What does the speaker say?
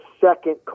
second